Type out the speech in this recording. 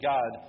God